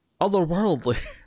otherworldly